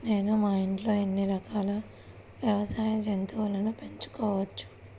నేను మా ఇంట్లో ఎన్ని రకాల వ్యవసాయ జంతువులను పెంచుకోవచ్చు?